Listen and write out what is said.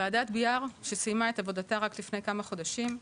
ועדת ביאר שסיימה את עבודתה רק לפני כמה חודשים,